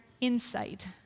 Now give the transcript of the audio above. insight